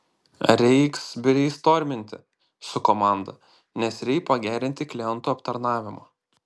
reiks breistorminti su komanda nes reik pagerinti klientų aptarnavimą